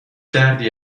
دردی